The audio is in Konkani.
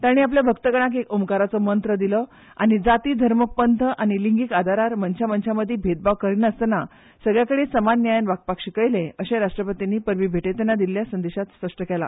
ताणी आपल्या भक्तगणांक एक ओंकाराचो मंत्र दिलो आनी जाती धर्म पंथ आनी लिंगिक आदारार मनशा मनशांमदी भेदभाव न करता सगळ्यांकडेन समान न्यायान वागपाक शिकयले अशेंय राष्ट्रपतींनी परबी भेटयतना दिल्ल्या संदेशान स्पष्ट केला